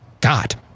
God